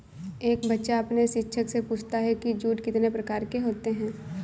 एक बच्चा अपने शिक्षक से पूछता है कि जूट कितने प्रकार के होते हैं?